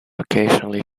occasionally